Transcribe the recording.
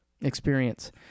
experience